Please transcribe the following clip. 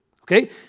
okay